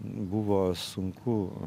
buvo sunku